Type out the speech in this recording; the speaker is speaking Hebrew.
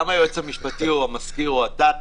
גם היועץ המשפטי או המזכיר או אתה,